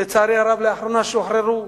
לצערי הרב, לאחרונה שוחררו.